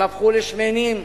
הם הפכו לשמנים,